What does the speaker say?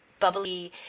bubbly